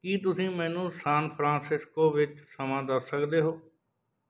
ਕੀ ਤੁਸੀਂ ਮੈਨੂੰ San Francisco ਵਿੱਚ ਸਮਾਂ ਦੱਸ ਸਕਦੇ ਹੋ